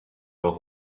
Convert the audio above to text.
leur